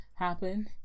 happen